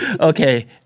Okay